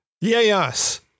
yes